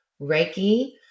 Reiki